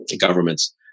governments